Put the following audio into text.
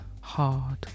hard